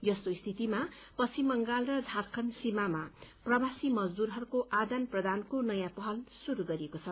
यस्तो स्थितिमा पश्चिम बंगाल र झारखण्ड सीमामा प्रवासी मजदूरहरूको आदान प्रदानको नयाँ पहल शुरू गरिएको छ